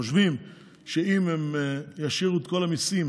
הם חושבים שאם ישאירו את כל המיסים